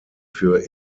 für